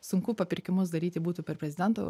sunku papirkimus daryti būtų per prezidento